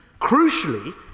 Crucially